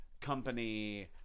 company